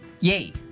yay